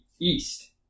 East